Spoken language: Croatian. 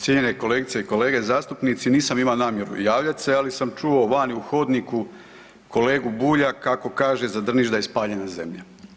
Cijenjene kolegice i kolege zastupnici nisam imao namjeru javljat se, ali sam čuo vani u hodniku kolegu Bulja kako kaže za Drniš da je spaljena zemlja.